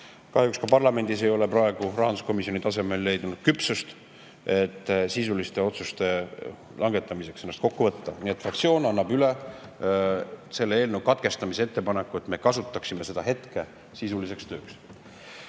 Kahjuks ka parlamendis ei ole praegu rahanduskomisjoni tasemel leitud küpsust, et sisuliste otsuste langetamiseks ennast kokku võtta. Nii et fraktsioon annab üle selle eelnõu [teise lugemise] katkestamise ettepaneku, et me kasutaksime seda hetke sisuliseks